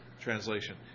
translation